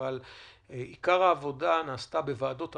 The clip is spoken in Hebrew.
אבל עיקר העבודה נעשה בוועדות המשנה,